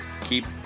Keep